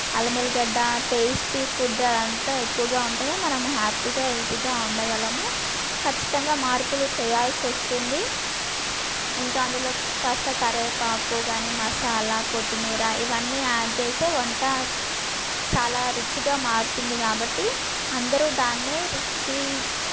అల్లం వెల్లుల్లి గడ్డ టేస్టీ ఫుడ్ అది అంతా ఎక్కువగా ఉంటేనే మనం హ్యాపీగా హెల్తీగా ఉండగలము ఖచ్చితంగా మార్పులు చేయాల్సి వస్తుంది ఇంకా అందులో కాస్త కరివేపాకు కానీ మసాలా కొత్తిమీర ఇవన్నీ యాడ్ చేసే వంట చాలా రుచిగా మారుతుంది కాబట్టి అందరూ దాన్నే రుచి